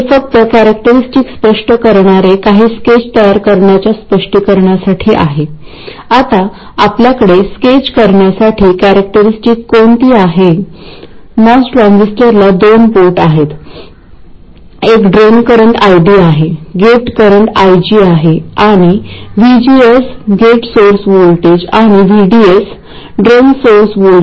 म्हणून याऐवजी आपण काय करू की आपल्याकडे 200 μA चा करंट सोर्स आहे आणि आपण त्याची ट्रान्झिस्टरच्या वास्तविक ड्रेन करंट तो जो काही आहे त्या बरोबर तुलना करतो